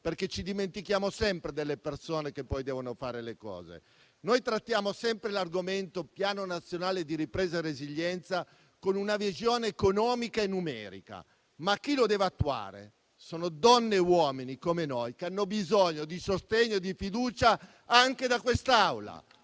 perché ci dimentichiamo sempre delle persone che poi devono fare le cose. Noi trattiamo sempre l'argomento del Piano nazionale di ripresa resilienza con una visione economica e numerica: ma chi deve attuarlo sono donne e uomini come noi, che hanno bisogno di sostegno e di fiducia anche da quest'Assemblea